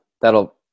That'll